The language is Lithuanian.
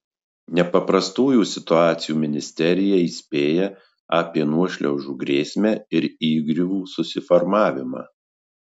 nepaprastųjų situacijų ministerija įspėja apie nuošliaužų grėsmę ir įgriuvų susiformavimą